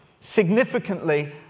Significantly